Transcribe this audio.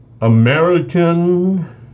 American